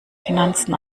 finanzen